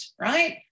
right